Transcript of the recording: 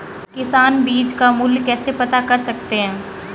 किसान बीज का मूल्य कैसे पता कर सकते हैं?